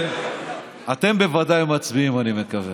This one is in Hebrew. אתם בוודאי מצביעים, אני מקווה.